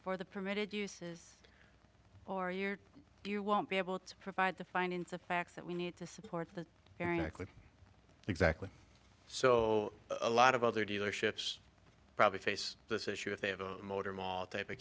for the permitted uses or you do you won't be able to provide the findings of fact that we need to support the exactly so a lot of other dealerships probably face this issue if they have a motor mall type of